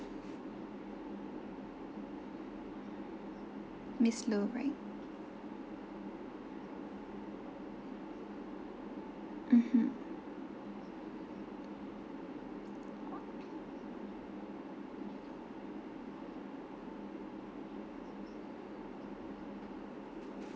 miss law right mmhmm